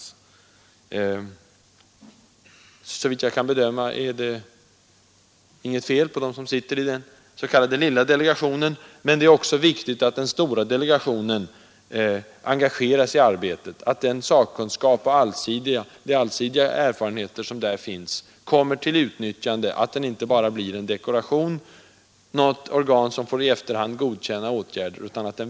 Såvitt jag förstår är det inget fel på dem som sitter i den s.k. lilla delegationen, men det är också viktigt att den stora delegationen engageras i arbetet, att den sakkunskap och de allsidiga erfarenheter som där finns kommer till utnyttjande, så att den inte bara blir en dekoration, ett organ som i efterhand får godkänna åtgärderna.